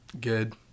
Good